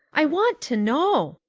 i want to know.